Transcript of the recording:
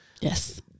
Yes